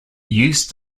used